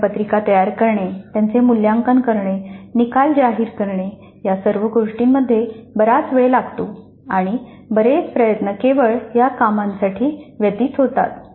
प्रश्नपत्रिका तयार करणे त्यांचे मूल्यांकन करणे निकाल जाहीर करणे या सर्व गोष्टींमध्ये बराच वेळ लागतो आणि बरेच प्रयत्न केवळ या कामांसाठी व्यतीत होतात